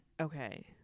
Okay